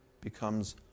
becomes